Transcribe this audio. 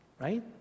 right